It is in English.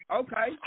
okay